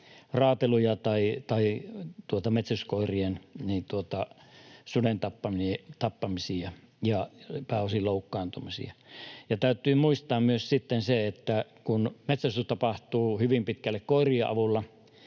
raateluja tai suden metsästyskoirien tappamisia, pääosin loukkaantumisia. Ja täytyy muistaa sitten myös se, että kun metsästys tapahtuu hyvin pitkälle koirien avulla,